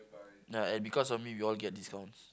ya and because of me we all get discounts